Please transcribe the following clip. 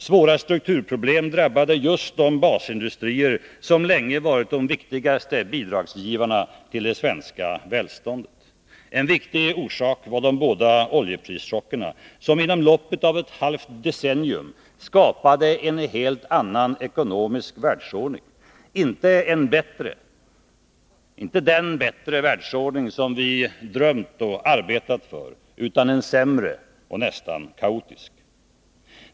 Svåra strukturproblem drabbade just de basindustrier som länge varit de viktigaste bidragsgivarna till det svenska välståndet. En viktig orsak var de båda oljeprischockerna, som inom loppet av ett halvt decennium 81 skapade en helt annan ekonomisk världsordning. Inte den bättre världsordning som vi drömt om och arbetat för, utan en sämre och nästan kaotisk.